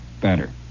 better